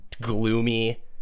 gloomy